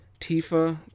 Tifa